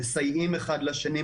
מסייעים אחד לשני.